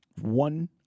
One